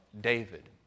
David